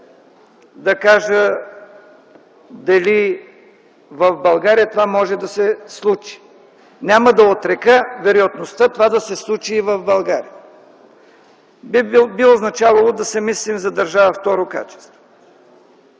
да кажа дали в България това може да се случи. Няма да отрека вероятността това да се случи в България. Би означавало да се мислим за държава второ качество.